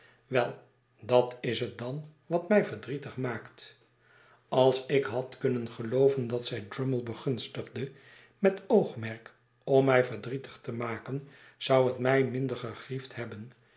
well dat is het dan wat mij verdrietig maakt als ik had kunnen gelooven dat zij drummle begunstigde met oogmerk om mij verdrietig te maken zou het mij minder gegriefd hebben